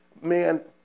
man